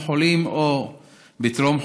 או חולים או טרום-חולים.